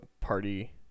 party